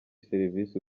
serivisi